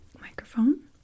microphone